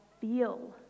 feel